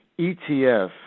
ETF